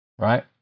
right